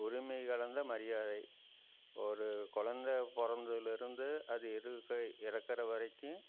உரிமை கலந்த மரியாதை ஒரு குழந்த பிறந்ததுலேருந்து அது இறக்குற இறக்குற வரைக்கும்